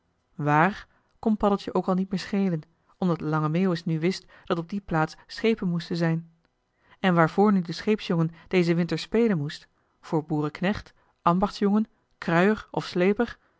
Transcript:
kon paddeltje ook al niet meer schelen omdat lange meeuwis nu wist dat op die plaats schepen moesten zijn en waarvoor nu de scheepsjongen dezen winter spelen moest voor boerenknecht ambachtsjongen kruier of sleeper